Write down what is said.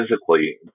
physically